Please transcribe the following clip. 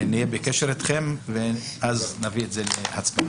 נהיה בקשר אתכם ונביא להצבעה.